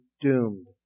doomed